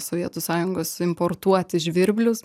sovietų sąjungos importuoti žvirblius